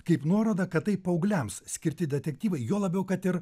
kaip nuorodą kad tai paaugliams skirti detektyvai juo labiau kad ir